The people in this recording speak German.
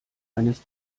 eines